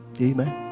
amen